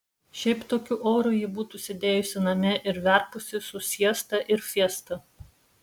šiaip tokiu oru ji būtų sėdėjusi namie ir verpusi su siesta ir fiesta